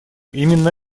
именно